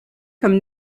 comme